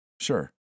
Sure